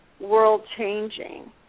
world-changing